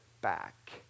back